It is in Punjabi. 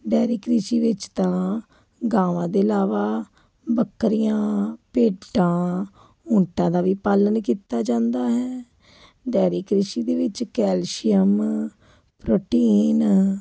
ਡੈਰੀ ਕ੍ਰਿਸ਼ੀ ਵਿੱਚ ਤਾਂ ਗਾਵਾਂ ਦੇ ਇਲਾਵਾ ਬੱਕਰੀਆਂ ਭੇਡਾਂ ਊਠਾਂ ਦਾ ਵੀ ਪਾਲਣ ਕੀਤਾ ਜਾਂਦਾ ਹੈ ਡੈਰੀ ਕ੍ਰਿਸ਼ੀ ਦੇ ਵਿੱਚ ਕੈਲਸ਼ੀਅਮ ਪ੍ਰੋਟੀਨ